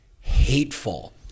hateful